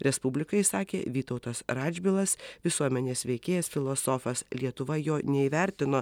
respublikai sakė vytautas radžvilas visuomenės veikėjas filosofas lietuva jo neįvertino